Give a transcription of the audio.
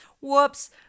Whoops